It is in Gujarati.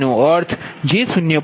તેનો અર્થ છે j 0